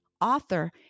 author